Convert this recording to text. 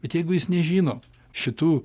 bet jeigu jis nežino šitų